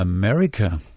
America